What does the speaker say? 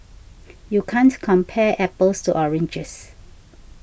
you can't compare apples to oranges